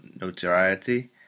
notoriety